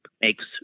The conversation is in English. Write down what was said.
makes